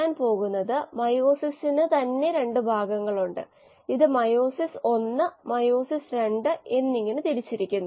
ഒരു കോശം ബയോ റിയാക്ടറിലെ 2 കോശമായി മാറുന്നു അത് പിന്നെ 4 കോശമായി മാറുന്നു എന്നിങ്ങനെ പോകുന്നു